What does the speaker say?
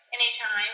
Anytime